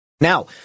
Now